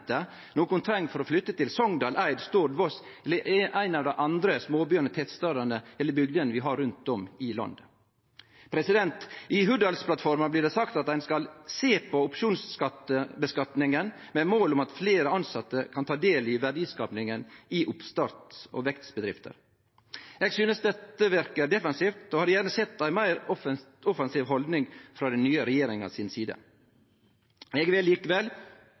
nokon treng for å flytte til Sogndal, Eid, Stord, Voss eller ein av dei andre småbyane, tettstadene eller bygdene vi har rundt om i landet. I Hurdalsplattforma blir det sagt at ein skal «se på opsjonsbeskatningen med mål om at flere ansatte kan ta del i verdiskapingen i oppstarts- og vekstbedrifter». Eg synest dette verkar defensivt og hadde gjerne sett ei meir offensiv haldning frå den nye regjeringa si side. Eg vel likevel